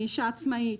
אני אישה עצמאית,